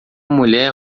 mulher